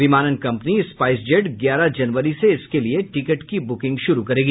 विमानन company SpiceJet ग्यारह जनवरी से इसके लिए टिकट की बुकिंग शुरू करेगी